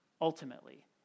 ultimately